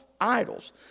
Idols